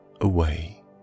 away